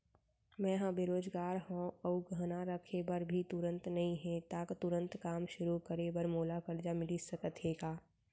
मैं ह बेरोजगार हव अऊ गहना रखे बर भी तुरंत नई हे ता तुरंत काम शुरू करे बर मोला करजा मिलिस सकत हे का?